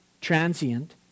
transient